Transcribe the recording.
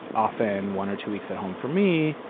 often one or two weeks at home for me.